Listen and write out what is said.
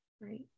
Right